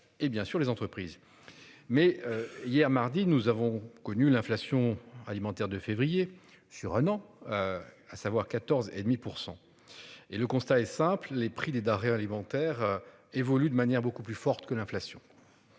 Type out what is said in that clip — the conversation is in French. et bien sûr les entreprises. Mais hier, mardi, nous avons connu l'inflation alimentaire de février sur un an. À savoir 14 et demi pour 100. Et le constat est simple, les prix des denrées alimentaires évoluent de manière beaucoup plus forte que l'inflation.